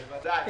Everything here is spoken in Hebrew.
בוודאי.